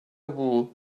wool